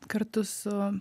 kartu su